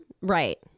Right